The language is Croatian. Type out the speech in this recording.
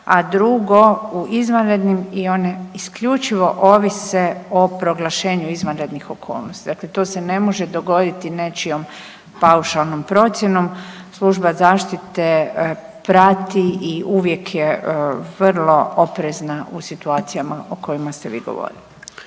a drugo u izvanrednim i one isključivo ovise o proglašenju izvanrednih okolnosti, dakle to se ne može dogoditi nečijom paušalnom procjenom. Služba zaštite prati i uvijek je vrlo oprezna u situacijama o kojima ste vi govorili.